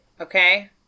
Okay